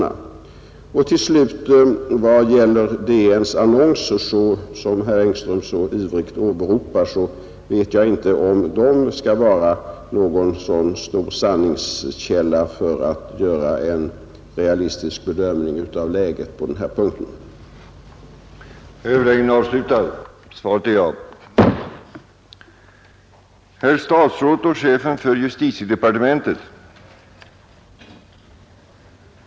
15 Vad slutligen gäller DN:s annonser, som herr Engström så ivrigt åberopar, vet jag inte om de är någon särskilt stor sanningskälla för den som vill göra en realistisk bedömning av situationen i detta fall.